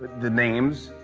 the names.